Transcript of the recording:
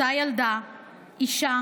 אותה ילדה-אישה,